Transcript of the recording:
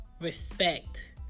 respect